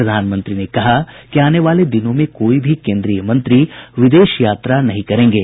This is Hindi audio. प्रधानमंत्री ने कहा कि आने वाले दिनों में कोई भी केन्द्रीय मंत्री विदेश यात्रा नहीं करेंगे